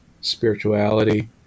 spirituality